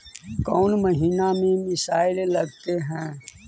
कौन महीना में मिसाइल लगते हैं?